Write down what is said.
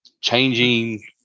Changing